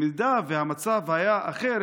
אם המצב היה אחר,